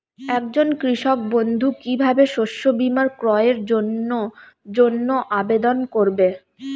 একজন কৃষক বন্ধু কিভাবে শস্য বীমার ক্রয়ের জন্যজন্য আবেদন করবে?